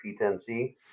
p10c